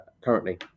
currently